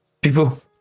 people